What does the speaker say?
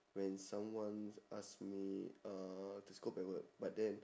when someone ask me uh to scold bad word but then